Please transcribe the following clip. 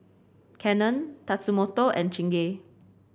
Canon Tatsumoto and Chingay